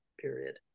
period